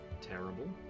terrible